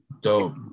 dope